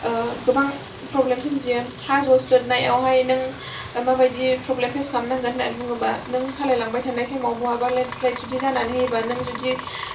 गोबां फ्रब्लेम सोमजियो हा जस्लोदनाय आवहाय नों माबायदि फ्रब्लेम फेस खालामनांगोन होननानै बुङोब्ला नों सालायलांबाय थानाय समाव बहाबा लेन्डस्लाइद जुदि जानानै होयोब्ला नों जुदि